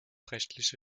rechtliche